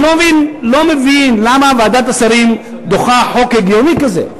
אני לא מבין למה ועדת השרים דוחה חוק הגיוני כזה,